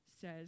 says